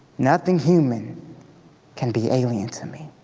nothing human can be alien to me